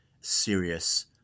serious